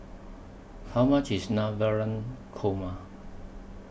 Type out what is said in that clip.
How much IS Navratan Korma